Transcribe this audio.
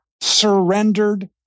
surrendered